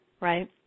right